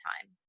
time